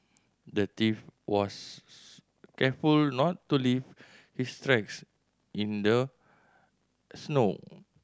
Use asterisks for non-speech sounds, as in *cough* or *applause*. the thief was *unintelligible* careful not to leave his tracks in the snow